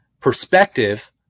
perspective